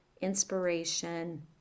inspiration